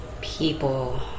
people